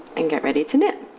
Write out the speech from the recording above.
and get ready to knit.